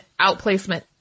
outplacement